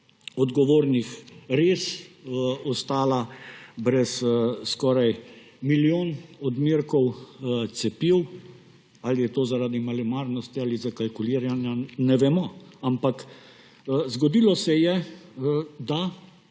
odgovornih res ostala brez skoraj milijona odmerkov cepiv? Ali je to zaradi malomarnosti ali zaradi zakalkuliranja, ne vemo, ampak zgodilo se je, da